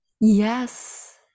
Yes